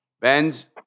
Benz